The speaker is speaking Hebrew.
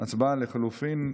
הצבעה על לחלופין.